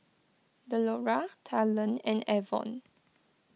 Delora Talen and Avon